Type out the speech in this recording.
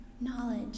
knowledge